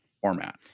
format